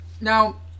Now